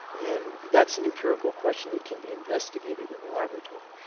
and that's an empirical question that can be investigated in the laboratory.